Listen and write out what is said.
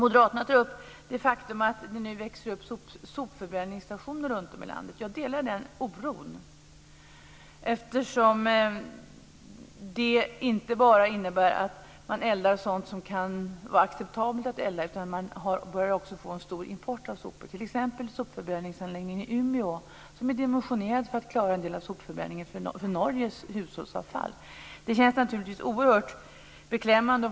Moderaterna tar upp det faktum att det nu växer upp sopbränningsstationer runtom i landet. Jag delar den oron, eftersom det inte bara innebär att man eldar sådant som kan vara acceptabelt att elda, utan vi börjar få en stor import av sopor, t.ex. är sopförbränningsanläggningen i Umeå dimensionerad för att klara en del av sopförbränningen för Norges hushållsavfall. Det känns naturligtvis oerhört beklämmande.